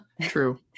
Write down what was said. True